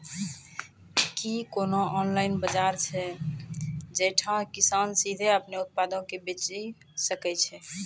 कि कोनो ऑनलाइन बजार छै जैठां किसान सीधे अपनो उत्पादो के बेची सकै छै?